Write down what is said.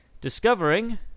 discovering